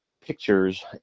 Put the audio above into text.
pictures